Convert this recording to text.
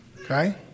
okay